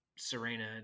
Serena